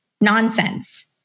nonsense